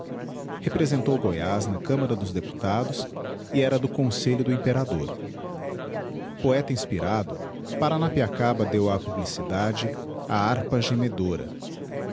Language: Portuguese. representou goyaz na camará dos deputados e era do conselho do imperador poeta inspirado paranapiacaba deu á publicidade a harpa gemedora